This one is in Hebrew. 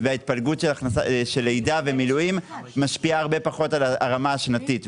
וההתפלגות של לידה ומילואים משפיעה הרבה פחות על הרמה השנתית.